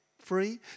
free